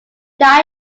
died